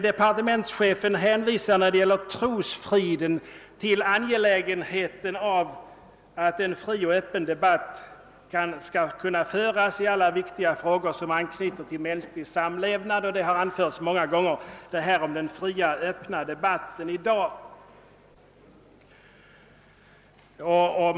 Departementschefen hänvisar när det gäller trosfriden till angelägenheten av att »en fri och öppen debatt kan föras i alla viktiga frågor som anknyter till mänsklig samlevnad«, och denna 'fria och öppna debatt har åberopats många gånger i dag.